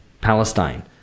Palestine